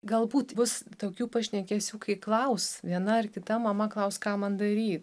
galbūt bus tokių pašnekesių kai klaus viena ar kita mama klaus ką man daryt